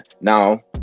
now